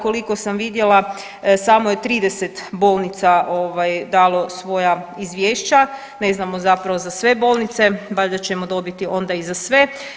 Koliko sam vidjela samo je 30 bolnica ovaj dalo svoja izvješća, ne znamo zapravo za sve bolnice valjda ćemo dobiti onda i za sve.